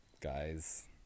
guys